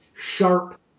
sharp